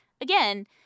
again